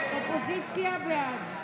52 בעד, 62 נגד.